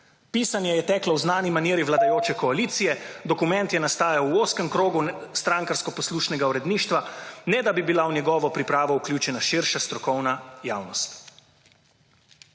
Pisanje je teklo v znani maniri vladajoče / znak za konec razprave/ koalicije. Dokument je nastajal v ozkem krogu strankarsko poslušnega uredništva ne, da bi bila v njegovo pripravo vključena širša strokovna javnost.